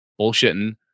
bullshitting